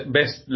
Best